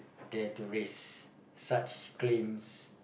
dare to raise such claims